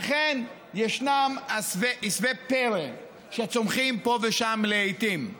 אכן, ישנם עשבי פרא שצומחים פה ושם לעיתים.